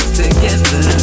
together